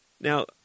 Now